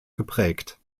geprägt